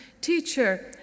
teacher